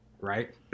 Right